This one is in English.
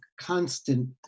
constant